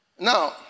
Now